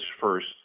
first